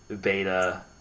beta